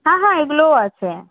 হ্যাঁ হ্যাঁ এগুলোও আছে